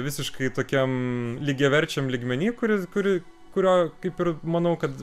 visiškai tokiam lygiaverčiam lygmeny kuris kuri kurio kaip ir manau kad